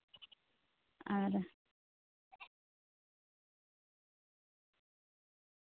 ᱟᱨ